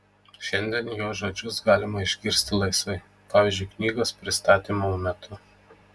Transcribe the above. šiandien jo žodžius galima išgirsti laisvai pavyzdžiui knygos pristatymo metu